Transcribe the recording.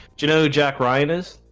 you know jack ryan is